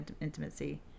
intimacy